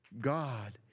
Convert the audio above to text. God